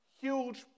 huge